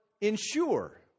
ensure